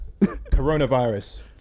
Coronavirus